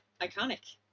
iconic